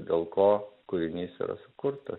dėl ko kūrinys yra sukurtas